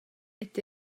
est